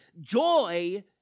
joy